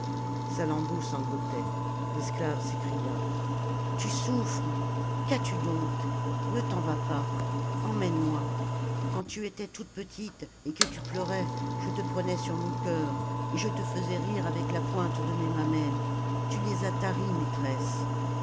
salammbô sanglotait l'esclave s'écria tu souffres qu'as-tu donc ne t'en va pas emmène-moi quand tu étais toute petite et que tu pleurais je te prenais sur mon cœur et je te faisais rire avec la pointe de mes mamelles tu les as taries maîtresse